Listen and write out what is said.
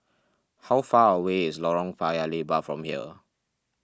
how far away is Lorong Paya Lebar from here